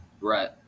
Right